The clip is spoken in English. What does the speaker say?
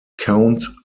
count